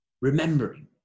remembering